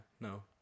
No